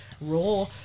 raw